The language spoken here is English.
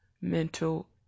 Mental